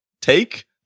take